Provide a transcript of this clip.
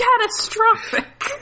catastrophic